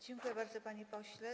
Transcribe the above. Dziękuję bardzo, panie pośle.